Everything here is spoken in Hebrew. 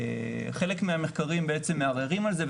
חלק מהמחקרים בעצם מערערים על זה,